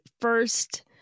first